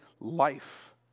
life